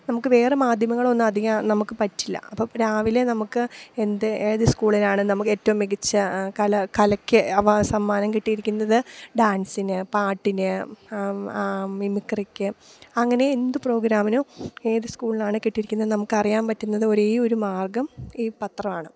നമുക്ക് വേറെ മാധ്യമങ്ങൾ ഒന്നും അധികാ നമുക്ക് പറ്റില്ല അപ്പം രാവിലെ നമുക്ക് എന്ത് ഏത് സ്കൂളിലാണ് നമുക്ക് ഏറ്റവും മികച്ച കല കലക്ക് അവാ സമ്മാനം കിട്ടിയിരിക്കുന്നത് ഡാൻസിന് പാട്ടിന് മിമിക്രിക്ക് അങ്ങനെ എന്ത് പ്രോഗ്രാമിനും ഏത് സ്കൂളിനാണ് കിട്ടിയിക്കുന്നത് എന്ന് നമുക്ക് അറിയാൻ പറ്റുന്നത് ഒരേ ഒരു മാർഗ്ഗം ഈ പത്രമാണ്